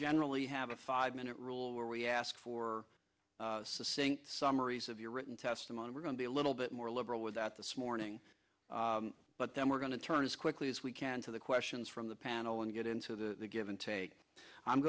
generally have a five minute rule where we ask for seeing summaries of your written testimony we're going to be a little bit more liberal with that this morning but then we're going to turn as quickly as we can to the questions from the panel and get into the give and take i'm